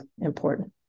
important